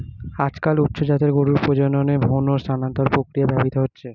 আজকাল উচ্চ জাতের গরুর প্রজননে ভ্রূণ স্থানান্তর প্রক্রিয়া ব্যবহৃত হচ্ছে